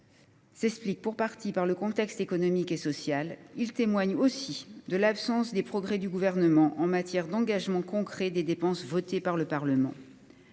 s’expliquent pour partie par le contexte économique et social, ils témoignent aussi de l’absence de progrès du Gouvernement en matière d’engagement concret des dépenses votées par le Parlement.